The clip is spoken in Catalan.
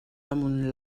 damunt